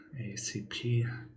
ACP